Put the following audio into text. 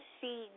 see